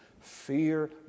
fear